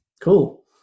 Cool